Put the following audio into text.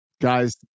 Guys